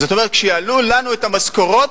זאת אומרת: כשיעלו לנו את המשכורות